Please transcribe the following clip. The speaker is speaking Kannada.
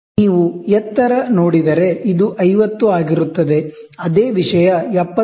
ನೀವು ಎತ್ತರ ನೋಡಿದರೆ ಇದು 50 ಆಗಿರುತ್ತದೆ ಅದೇ ವಿಷಯ 70